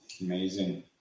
Amazing